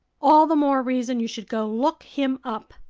all the more reason you should go look him up.